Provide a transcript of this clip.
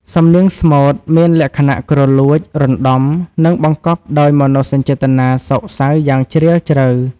សំនៀងស្មូតមានលក្ខណៈគ្រលួច រណ្ដំ និងបង្កប់ដោយមនោសញ្ចេតនាសោកសៅយ៉ាងជ្រាលជ្រៅ។